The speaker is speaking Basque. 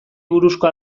buruzko